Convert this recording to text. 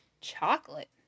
Chocolate